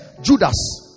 Judas